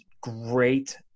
great